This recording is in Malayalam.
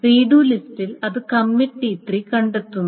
റീഡു ലിസ്റ്റിൽ അത് കമ്മിറ്റ് T3 കണ്ടെത്തുന്നു